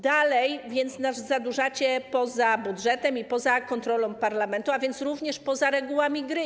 Dalej nas zadłużacie poza budżetem i poza kontrolą parlamentu, a więc również poza regułami gry.